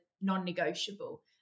non-negotiable